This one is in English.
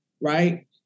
right